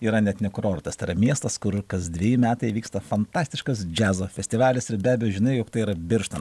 yra net ne kurortas tai yra miestas kur kas dveji metai vyksta fantastiškas džiazo festivalis ir be abejo žinai jog tai yra biršton